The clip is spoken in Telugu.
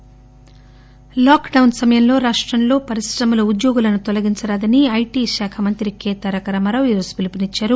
కెటిఆర్ లోక్ డౌస్ సమయంలో రాష్టంలో పరిశ్రమలు ఉద్యోగులను తొలగించరాదని ఐటి శాఖ మంత్రి కె తారకరామారావు ఈ రోజు పిలుపునిచ్చారు